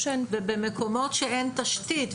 במקומות שאין תשתית,